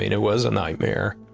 it was a nightmare.